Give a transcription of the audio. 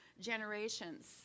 generations